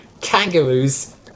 Kangaroos